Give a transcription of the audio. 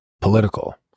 political